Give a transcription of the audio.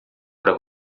para